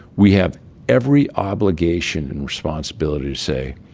we have every obligation and responsibility to say,